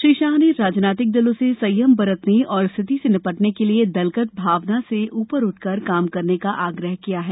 श्री शाह ने राजनीतिक दलों से संयम बरतने और स्थिति से निपटने के लिए दलगत भावना से ऊपर उठकर काम करने का आग्रह किया है